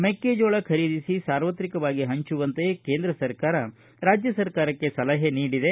ಮೆಕ್ಕೆಜೋಳ ಖರೀದಿಸಿ ಸಾರ್ವತ್ರಿಕವಾಗಿ ಹಂಚುವಂತೆ ಕೇಂದ್ರ ಸರ್ಕಾರ ರಾಜ್ಯ ಸರ್ಕಾರಕ್ಕೆ ಸಲಹೆ ನೀಡಿದೆ